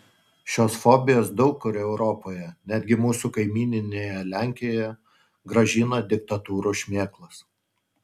šios fobijos daug kur europoje netgi mūsų kaimyninėje lenkijoje grąžina diktatūrų šmėklas